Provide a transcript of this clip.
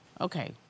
Okay